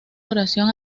duración